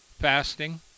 Fasting